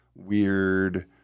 Weird